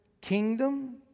kingdom